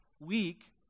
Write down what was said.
weak